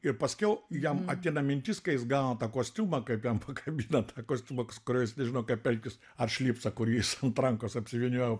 ir paskiau jam ateina mintis kai jis gauna tą kostiumą kaip jam pakabina tą kostiumą su kuriuo jis nežino kaip elgtis ar šlipsą kur jis ant rankos apsivyniojo